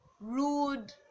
rude